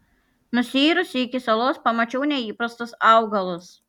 nusiyrusi iki salos pamačiau neįprastus augalus